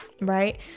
right